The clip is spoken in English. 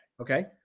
Okay